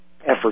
effort